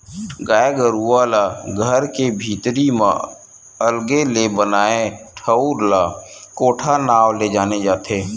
गाय गरुवा ला घर के भीतरी म अलगे ले बनाए ठउर ला कोठा नांव ले जाने जाथे